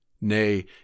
Nay